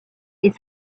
est